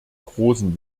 großen